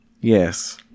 Yes